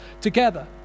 together